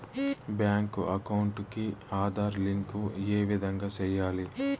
Bank account కి Aadhaar link ఏ విధంగా సెయ్యాలి?